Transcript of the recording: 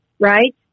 Right